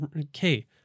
okay